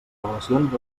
relacions